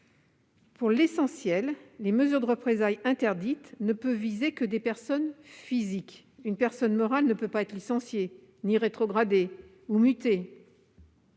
Pour l'essentiel, les mesures de représailles interdites ne peuvent viser que des personnes physiques : une personne morale ne peut pas être licenciée, ni rétrogradée ou mutée.